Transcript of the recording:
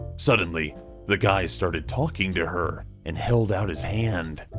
suddenly the guy started talking to her and held out his hand.